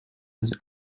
was